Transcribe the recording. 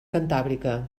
cantàbrica